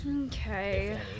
Okay